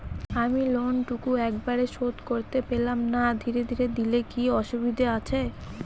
আমি লোনটুকু একবারে শোধ করতে পেলাম না ধীরে ধীরে দিলে কি অসুবিধে আছে?